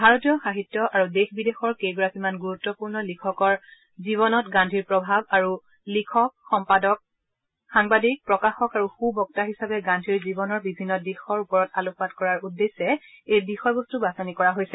ভাৰতীয় সাহিত্য আৰু দেশ বিদেশৰ কেইগৰাকীমান গুৰুত্পূৰ্ণ লিখকৰ জীৱনত গান্ধীৰ প্ৰভাৱ আৰু লিখক সম্পাদক সাংবাদিক প্ৰকাশক আৰু সুবক্তা হিচাপে গান্ধীৰ জীৱনৰ বিভিন্ন দিশৰ ওপৰত আলোকপাত কৰাৰ উদ্দেশ্যে এই বিষয়বস্তু বাছনি কৰা হৈছে